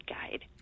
guide